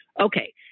Okay